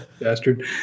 bastard